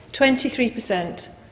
23%